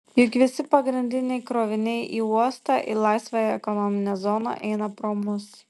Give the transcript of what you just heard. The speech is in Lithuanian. juk visi pagrindiniai kroviniai į uostą į laisvąją ekonominę zoną eina pro mus